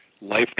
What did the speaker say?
life